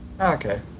Okay